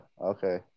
okay